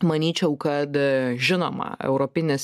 manyčiau kad žinoma europinis